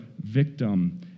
victim